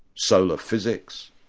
solar physics,